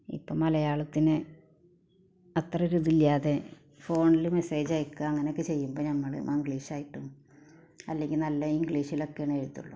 ഇപ്പം മലയാളത്തിന് അത്തരം ഒരിതില്ലാതെ ഫോണിൽ മെസ്സേജയ്ക്ക അങ്ങനക്കെ ചെയ്യുമ്പം നമ്മൾ മങ്ക്ളീഷായ്ട്ടും അല്ലെങ്കിൽ നല്ല ഇങ്ക്ളീഷിലക്കെയാണ് എഴുതുള്ളു